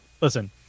Listen